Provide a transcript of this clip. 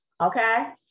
Okay